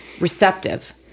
receptive